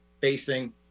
facing